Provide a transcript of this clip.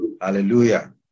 Hallelujah